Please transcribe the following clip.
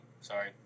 sorry